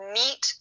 meet